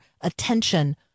attention